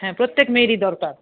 হ্যাঁ প্রত্যেক মেয়েরই দরকার